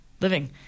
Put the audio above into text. living